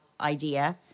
idea